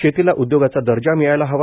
शेतीला उद्योगाचा दर्जा मिळायला हवा